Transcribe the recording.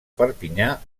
perpinyà